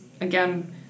again